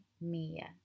Mia